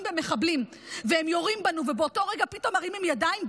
במחבלים והם יורים בנו ובאותו רגע פתאום הם הרימו ידיים,